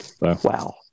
Wow